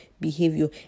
behavior